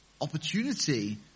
opportunity